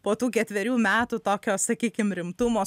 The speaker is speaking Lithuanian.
po tų ketverių metų tokio sakykim rimtumo